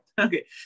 okay